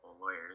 lawyers